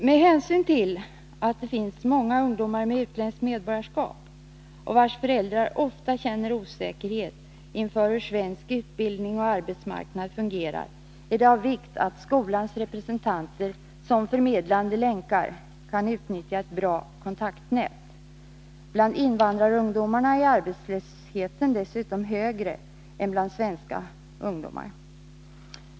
Med hänsyn till att det finns många ungdomar med utländskt medborgarskap, vilkas föräldrar ofta känner osäkerhet inför hur svensk utbildning och arbetsmarknad fungerar, är det av vikt att skolans representanter som förmedlande länkar kan utnyttja ett bra kontaktnät. Bland invandrarungdomarna är arbetslösheten dessutom större än bland svenska ungdomar.